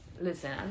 Listen